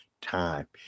time